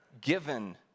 given